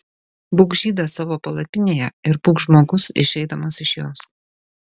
būk žydas savo palapinėje ir būk žmogus išeidamas iš jos